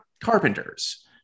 Carpenter's